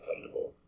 Thunderbolt